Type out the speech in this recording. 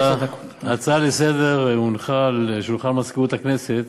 ההצעה לסדר-היום הונחה על שולחן מזכירות הכנסת